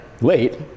Late